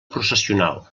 processional